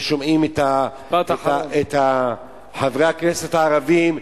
ושומעים את חברי הכנסת הערבים,